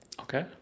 Okay